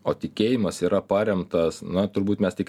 o tikėjimas yra paremtas na turbūt mes tik